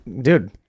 dude